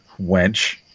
wench